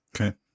Okay